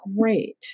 great